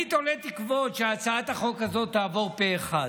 אני תולה תקוות שהצעת החוק הזו תעבור פה אחד.